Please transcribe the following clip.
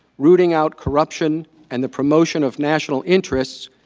rooting out corruption and the promotion of national interests,